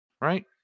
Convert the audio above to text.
right